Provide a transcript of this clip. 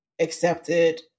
accepted